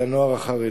והיא הנוער החרדי.